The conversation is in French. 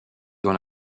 dans